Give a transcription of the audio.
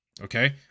okay